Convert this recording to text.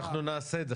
חבר'ה, נעשה את זה.